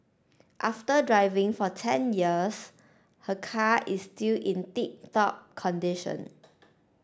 after driving for ten years her car is still in tip top condition